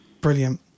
Brilliant